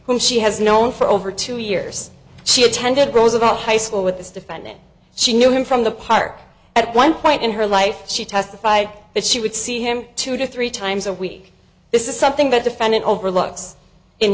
whom she has known for over two years she attended roosevelt high school with this defendant she knew him from the park at one point in her life she testified that she would see him two to three times a week this is something that defendant overlooks in